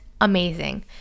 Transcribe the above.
amazing